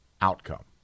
outcome